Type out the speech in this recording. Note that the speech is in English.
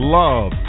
love